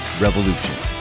revolution